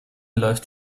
läuft